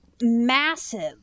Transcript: massive